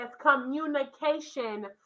communication